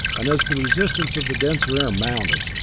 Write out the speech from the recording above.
and as the resistance of the denser air mounted,